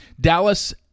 Dallas